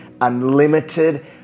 unlimited